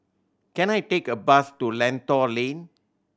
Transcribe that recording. can I take a bus to Lentor Lane